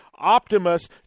Optimus